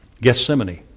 Gethsemane